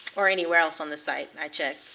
or anywhere else on the site, i check.